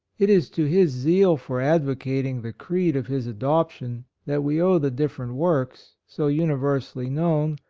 it is to his zeal for advocating the creed of his adoption that we owe the different works, so universally known,